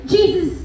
Jesus